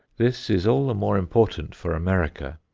this is all the more important for america,